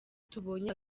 tubonye